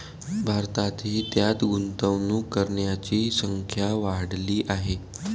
भारतातही त्यात गुंतवणूक करणाऱ्यांची संख्या वाढली आहे